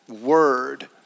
word